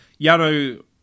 Yano